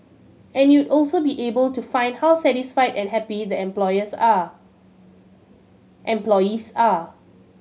and you'd also be able to find how satisfied and happy the are employees are